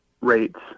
rates